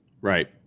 Right